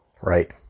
Right